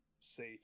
safe